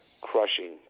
crushing